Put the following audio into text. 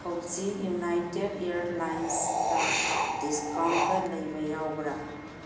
ꯍꯧꯖꯤꯛ ꯌꯨꯅꯥꯏꯇꯦꯗ ꯏꯌꯥꯔꯂꯥꯏꯟꯁꯇ ꯗꯤꯁꯀꯥꯎꯟꯀ ꯂꯩꯕ ꯌꯥꯎꯕ꯭ꯔꯥ